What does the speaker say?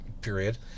Period